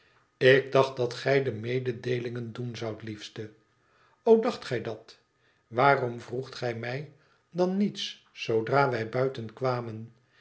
ik dacht dat gij de medeelingen doen zoudt liefste o dacht gij dat waarom vroegt gij mij dan niets zoodra wij buiten